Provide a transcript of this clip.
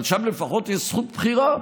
אבל שם לפחות יש זכות בחירה.